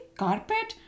carpet